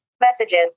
Messages